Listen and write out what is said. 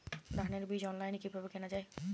ধানের বীজ অনলাইনে কিভাবে কেনা যায়?